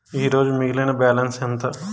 ఈరోజు మిగిలిన బ్యాలెన్స్ ఎంత?